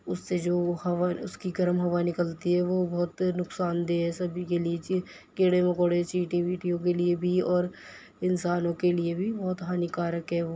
اس سے جو وہ ہوا اس کی گرم ہوا نکلتی ہے وہ بہت نقصان دہ ہے سبھی کے لیے جی کیڑے مکوڑے چینٹی وینٹیوں کے لیے بھی اور انسانوں کے لیے بھی بہت ہانیکارک ہے وہ